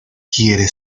quiere